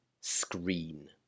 screen